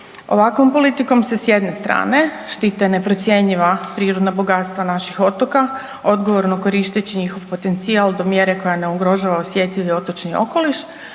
Ovakvom politikom se s jedne strane, štite neprocjenjiva prirodna bogatstva naših otoka odgovorno koristeći njihov potencijal do mjere koja ne ugrožava osjetljivi otočni okoliš,